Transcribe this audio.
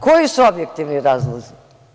Koji su objektivni razlozi?